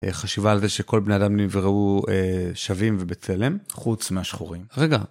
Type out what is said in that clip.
חשיבה על זה שכל בני האדם נבראו שווים ובצלם, חוץ מהשחורים. רגע.